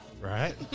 Right